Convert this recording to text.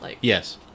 Yes